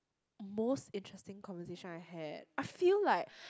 most interesting conversation I had I feel like